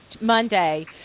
Monday